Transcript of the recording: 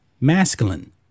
masculine